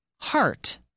Heart